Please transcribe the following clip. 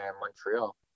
Montreal